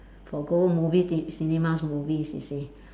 for go movies ci~ cinemas movies you see